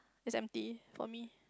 it's empty for me